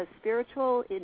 spiritual